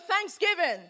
thanksgiving